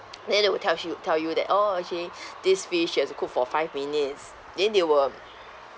then they will tell you tell you that orh okay this fish you have to cook for five minutes then they will